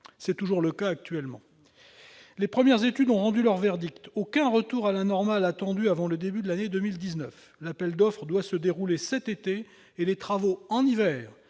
restent les seules ouvertes. Les premières études ont rendu leur verdict : aucun retour à la normale n'est attendu avant le début de l'année 2019. L'appel d'offres doit se dérouler cet été, et les travaux, qui